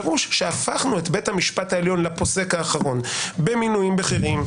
פירוש שהפכנו את בית המשפט העליון לפוסק האחרון במינויים בכירים,